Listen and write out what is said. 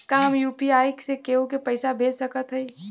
का हम यू.पी.आई से केहू के पैसा भेज सकत हई?